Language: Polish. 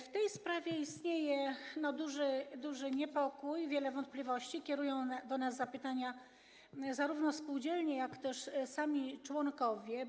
W tej sprawie istnieje duży niepokój, wiele wątpliwości, kierują do nas zapytania zarówno spółdzielnie, jak też sami członkowie.